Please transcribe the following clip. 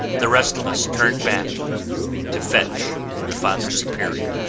the rest of us turn back to fetch the father superior.